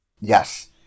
Yes